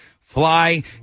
fly